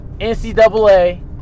NCAA